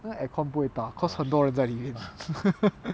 那个 aircon 不会 because 很多人在里面 ah